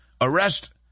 arrest